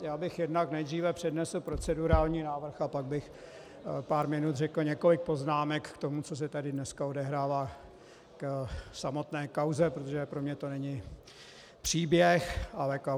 Já bych jednak nejdříve přednesl procedurální návrh a pak bych pár minut řekl několik poznámek k tomu, co se tady dneska odehrává, k samotné kauze, protože pro mě to není příběh, ale kauza.